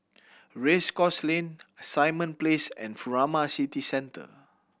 Race Course Lane Simon Place and Furama City Centre